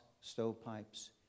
stovepipes